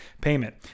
payment